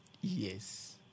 Yes